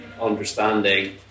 understanding